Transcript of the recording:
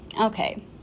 okay